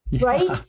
Right